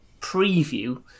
preview